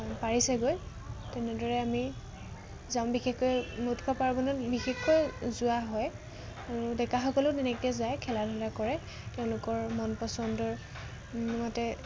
পাৰিছেগৈ তেনেদৰে আমি যাম বিশেষকৈ উৎসৱ পাৰ্বণত বিশেষকৈ যোৱা হয় আৰু ডেকাসকলেও তেনেকে যায় খেলা ধূলা কৰে তেওঁলোকৰ মন পচন্দৰ মতে